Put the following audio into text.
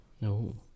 No